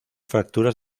fracturas